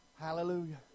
Hallelujah